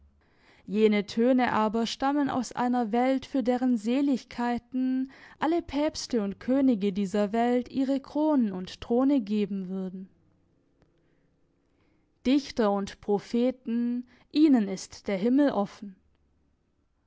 jene töne aber stammen aus einer welt für deren seligkeiten alle päpste und könige dieser welt ihre kronen und throne geben würden dichter und propheten ihnen ist der himmel offen